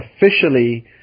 Officially